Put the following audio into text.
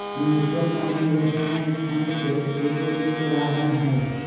mutual fund investment fund के एक उपयुक्त उदाहरण हई